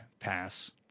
pass